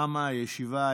תמה הישיבה.